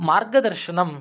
मार्गदर्शनम्